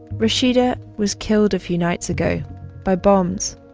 rashida was killed a few nights ago by bombs,